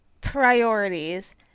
Priorities